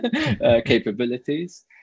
capabilities